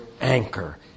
anchor